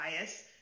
bias